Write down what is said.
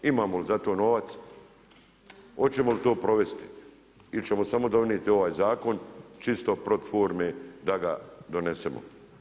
Imamo li za to novac, hoćemo li to provesti ili ćemo samo donijeti ovaj zakon čisto pro forme da ga donesemo?